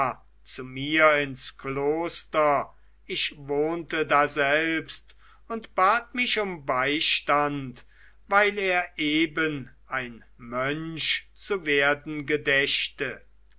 zu mir ins kloster ich wohnte daselbst und bat mich um beistand weil er eben ein mönch zu werden gedächte